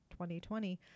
2020